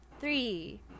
three